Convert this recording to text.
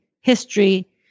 history